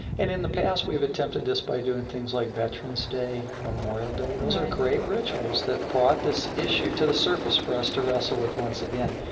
and in the past, we've attempted this by doing things like veterans day, memorial day right those are great rituals that brought this issue to the surface for us to wrestle with once again.